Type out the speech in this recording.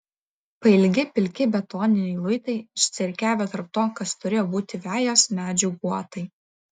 pailgi pilki betoniniai luitai išsirikiavę tarp to kas turėjo būti vejos medžių guotai